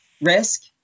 risk